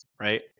right